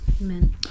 amen